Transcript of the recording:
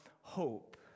hope